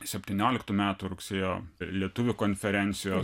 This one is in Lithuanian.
septynioliktų metų rugsėjo lietuvių konferencijos